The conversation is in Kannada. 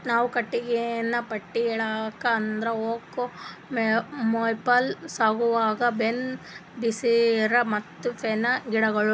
ನಾವ್ ಕಟ್ಟಿಗಿಗಾ ಪಟ್ಟಿ ಹೇಳ್ಬೇಕ್ ಅಂದ್ರ ಓಕ್, ಮೇಪಲ್, ಸಾಗುವಾನಿ, ಬೈನ್ದು, ಬಿದಿರ್, ಮತ್ತ್ ಪೈನ್ ಗಿಡಗೋಳು